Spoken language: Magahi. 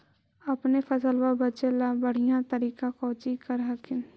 अपने फसलबा बचे ला बढ़िया तरीका कौची कर हखिन?